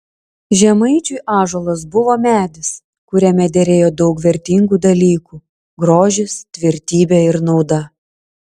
žemaičiui ąžuolas buvo medis kuriame derėjo daug vertingų dalykų grožis tvirtybė ir nauda